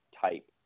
type